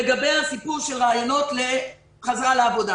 לגבי רעיונות לחזרה לעבודה